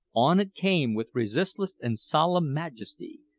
on it came with resistless and solemn majesty,